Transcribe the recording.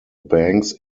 banks